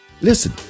listen